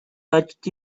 touched